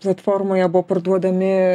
platformoje buvo parduodami